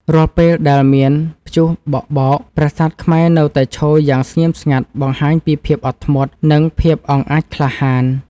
រាល់ពេលដែលមានព្យុះបក់បោក ប្រាសាទខ្មែរនៅតែឈរយ៉ាងស្ងៀមស្ងាត់បង្ហាញពីភាពអត់ធ្មត់ និង ភាពអង់អាចក្លាហាន។